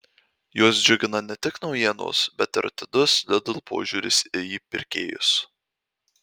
juos džiugina ne tik naujienos bet ir atidus lidl požiūris į pirkėjus